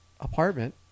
apartment